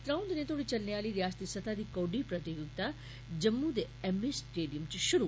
त्रों दिनें तोड़ी चलने आली रयासती सतहदी कौड्डी प्रतियोगिता जम्मू दे एम ए स्टेडियम च शुरू